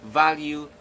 value